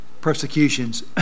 Persecutions